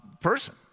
person